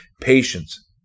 Patience